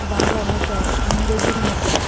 বাংলা ভাষা ইংরেজির মতো